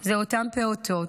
הם אותם פעוטות,